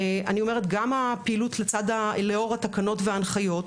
אני אומרת גם הפעילות לאור התקנות וההנחיות,